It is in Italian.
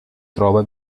trova